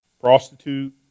prostitute